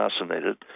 assassinated